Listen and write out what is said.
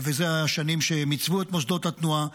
אלה השנים שעיצבו את מוסדות התנועה.